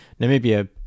Namibia